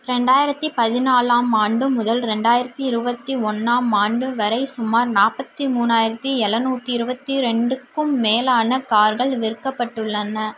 ரெண்டாயிரத்து பதினாலாம் ஆண்டு முதல் ரெண்டாயிரத்து இருபத்தி ஒன்றாம் ஆண்டு வரை சுமார் நாற்பத்தி மூணாயிரத்து எழுநூத்தி இருபத்தி ரெண்டுக்கும் மேலான கார்கள் விற்கப்பட்டுள்ளன